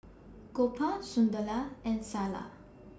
Gopal Sunderlal and Sanal